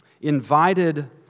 invited